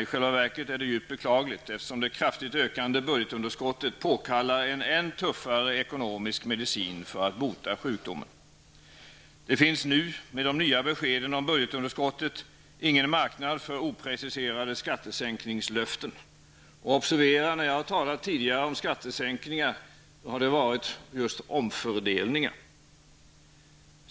I själva verket är det djupt beklagligt, eftersom det kraftigt ökade budgetunderskottet påkallar en än tuffare ekonomisk medicin för att bota sjukdomen. Det finns nu, med de nya beskeden om budgetunderskottet, ingen marknad för opreciserade skattesänkningslöften. Observera att när jag tidigare har talat om skattesänkningar har det varit just omfördelningar.